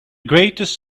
greatest